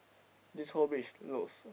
this whole bridge looks